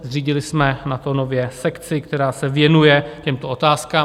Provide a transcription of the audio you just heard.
Zřídili jsme na to nově sekci, která se věnuje těmto otázkám.